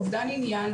אובדן עניין,